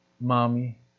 mommy